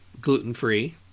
gluten-free